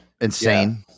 Insane